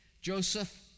Joseph